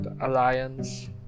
alliance